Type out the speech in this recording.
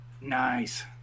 Nice